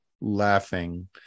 laughing